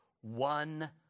one